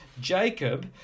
Jacob